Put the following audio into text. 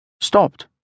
stopped